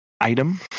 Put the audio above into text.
item